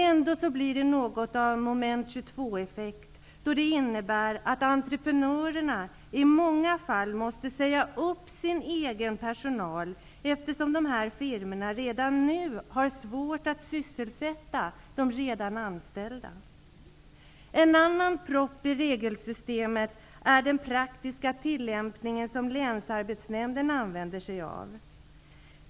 Ändå blir det något av en Moment 22-effekt då det innebär att entreprenörerna i många fall måste säga upp sin egen personal, eftersom de här firmorna redan nu har svårt att sysselsätta de redan anställda. En annan propp i regelsystemet är den praktiska tillämpning som Länsarbetsnämnden använder sig av.